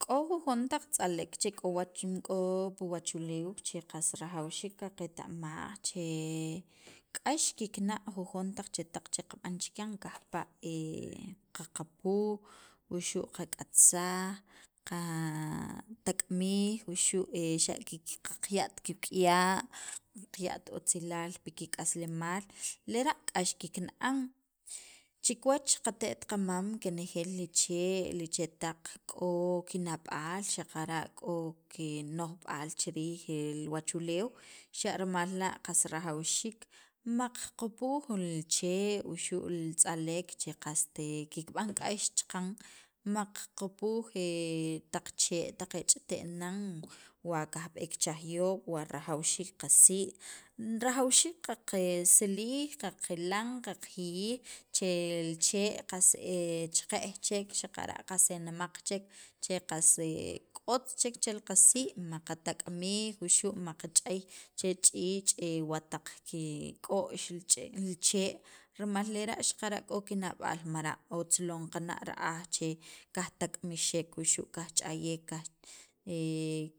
k'o jujon taq tz'alek che ko wach, che k'o pil wachuleew che qas rajawxiik qaqeta'maj che k'ax kikna' jujon taq chetaq che qab'an chiran kajpa' qaqapuj wuxu' qak'atsaj, qatak'mij wuxu' qaqya't kik'uya' qaya't otzilaal pi kik'aslemaal lera' k'ax kikna'an, chi kiwach qate't qamam kenejeel li chee' k'o kina'b'aal xaqara' k'o kino'jb'aal chi riij wachuleew xa'rimal la' qas rajawxiik maqqapuj li chee' wuxu' li tz'alek che qast kikb'an k'ax chaqan maqqapuj taq chee' taq e ch'ite'n nan, wa qajb'eek cha juyoob' wa rajawxiik qasii' rajawxiik qaqe siliij qaqilan, qaqjiyij chel li chee' cheqe'j chek qas e nemaq chek che qas k'ot chek che qasii', maqatak'mij wuxu' maqch'ay che ch'iich' wataq kik'o'x li ch'e chee' rimal lera' xaqara' k'o kina'b'aal mara' otz lon qana' ra'aj che kajtak'mixek wuxu' qajch'ayek kaj